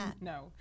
no